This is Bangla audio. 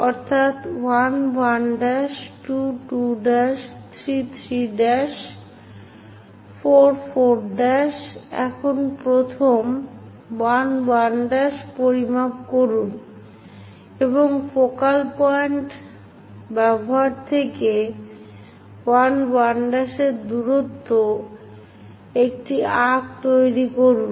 অর্থাৎ 1 1' 2 2' 3 3' 4 4' এখন প্রথম 1 1' পরিমাপ করুন এবং ফোকাল পয়েন্ট ব্যবহার থেকে 1 1' এর দূরত্বে একটি আর্ক্ তৈরি করুন